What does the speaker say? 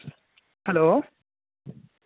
hello